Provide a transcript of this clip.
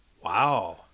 Wow